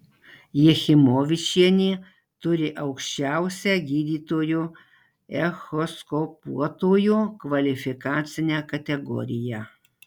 jachimovičienė turi aukščiausią gydytojo echoskopuotojo kvalifikacinę kategoriją